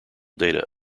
data